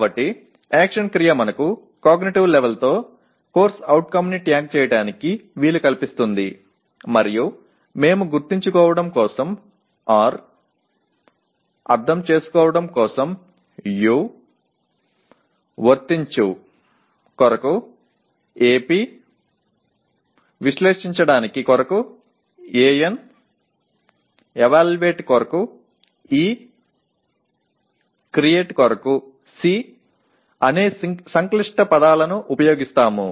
కాబట్టి యాక్షన్ క్రియ మనకు కాగ్నిటివ్ లెవల్తో CO ని ట్యాగ్ చేయడానికి వీలు కల్పిస్తుంది మరియు మేము గుర్తుంచుకోవడం కోసం R అర్థం చేసుకోండి కోసం U వర్తించుఅప్లై కొరకు AP విశ్లేషించడానికిఅనలైజ్ కొరకు An ఎవాల్యుయేట్ కొరకు E క్రియేట్ కొరకు C అనే సంక్షిప్త పదాలను ఉపయోగిస్తాము